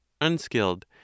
unskilled